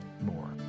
more